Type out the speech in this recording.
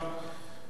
דקה מהצד,